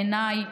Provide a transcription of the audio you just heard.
בעיניי,